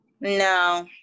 No